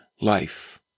life